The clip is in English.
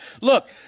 look